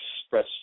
express